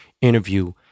interview